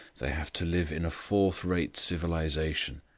they have to live in a fourth-rate civilization.